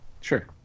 sure